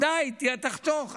די, תחתוך.